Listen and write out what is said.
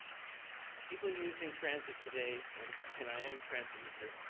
people using transit today, and and i am a transit user,